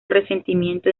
resentimiento